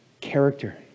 character